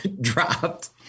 dropped